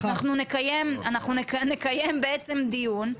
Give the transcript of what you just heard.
אנחנו נקיים בעצם דיון,